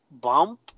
bump